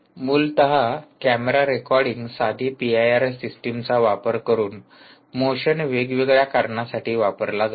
मूलत camera recording साधी PIR सिस्टीमचा वापर करून मोशन वेग वेगळ्यासाठी कारणासाठी वापरला जातो